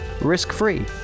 risk-free